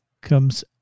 comes